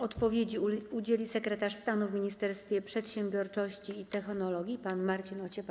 Odpowiedzi udzieli sekretarz stanu w Ministerstwie Przedsiębiorczości i Technologii pan Marcin Ociepa.